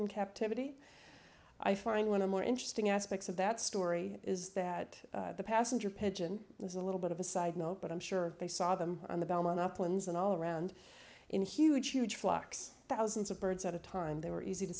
in captivity i find one of more interesting aspects of that story is that the passenger pigeon is a little bit of a side note but i'm sure they saw them on the belmont uplands and all around in huge huge flocks thousands of birds at a time they were easy to